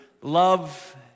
love